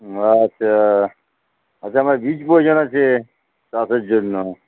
হ্যাঁ আচ্চা আচ্ছা আমার বীজ প্রয়োজন আছে চাষের জন্য